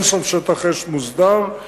מעורר לעתים בהלה.